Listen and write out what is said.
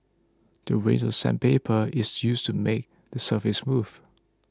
the range of sandpaper is used to make the surface smooth